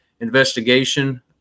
investigation